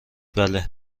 بله